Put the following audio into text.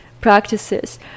practices